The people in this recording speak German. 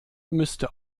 müsste